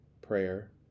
prayer